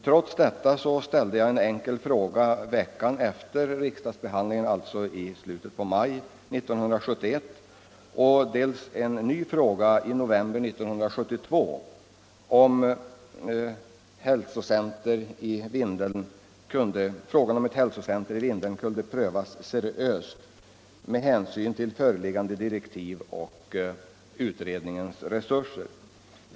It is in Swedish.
Trots detta ställde jag i ärendet en enkel fråga veckan efter riksdagsbehandlingen, alltså i slutet på maj 1971, och en ny fråga i november 1972. Jag ville veta om frågan om ett hälsocenter i Vindeln kunde prövas seriöst med hänsyn till föreliggande direktiv och utredningens resurser.